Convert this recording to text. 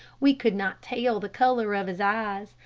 we could not tell the color of his eyes,